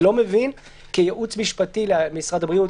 אני לא מבין כייעוץ משפטי למשרד הבריאות,